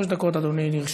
שלוש דקות, אדוני, לרשותך.